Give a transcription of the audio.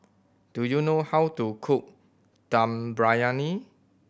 do you know how to cook Dum Briyani